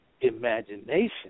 Imagination